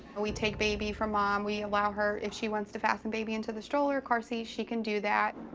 we take baby from mom. we allow her, if she wants to fasten baby into the stroller or car seat, she can do that.